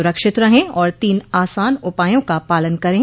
सुरक्षित रहें और तीन आसान उपायों का पालन करें